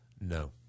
no